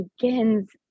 begins